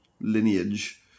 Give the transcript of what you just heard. lineage